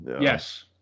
Yes